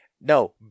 No